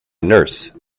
nurse